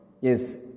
Yes